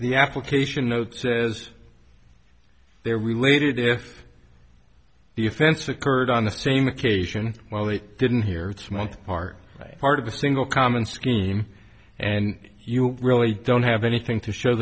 the application notes says they're related if the offense occurred on the same occasion well they didn't hear that small part a part of a single common scheme and you really don't have anything to show